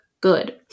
good